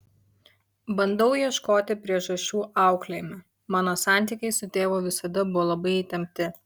bandau ieškoti priežasčių auklėjime mano santykiai su tėvu visada buvo labai įtempti